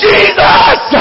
Jesus